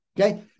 okay